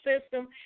system